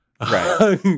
right